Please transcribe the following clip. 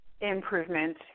improvement